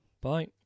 Bye